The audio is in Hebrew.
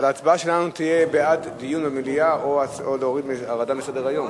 אבל ההצבעה שלנו תהיה בעד דיון במליאה או הורדה מסדר-היום.